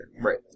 Right